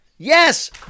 Yes